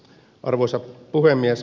arvoisa puhemies